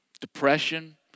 Depression